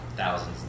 Thousands